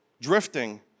Drifting